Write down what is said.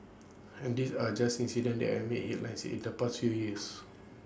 and these are just incidents and made headlines in the past few years